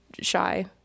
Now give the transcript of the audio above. shy